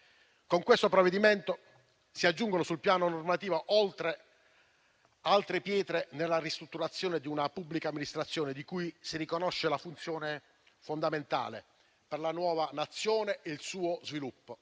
Con questo provvedimento si aggiungono sul piano normativo altre pietre nella ristrutturazione di una pubblica amministrazione di cui si riconosce la funzione fondamentale per la nuova Nazione e il suo sviluppo.